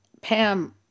Pam